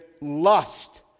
lust